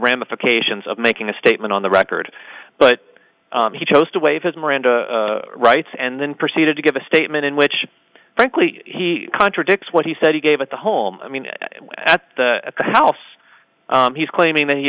ramifications of making a statement on the record but he chose to waive his miranda rights and then proceeded to give a statement in which frankly he contradicts what he said he gave at the home i mean at the house he's claiming that he